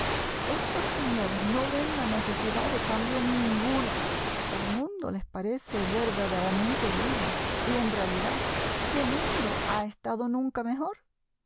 estos señores no ven la necesidad de cambio ninguno el mundo les parece verdaderamente bien y en realidad qué mundo ha estado nunca mejor